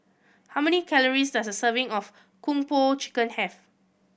how many calories does a serving of Kung Po Chicken have